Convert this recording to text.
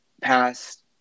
past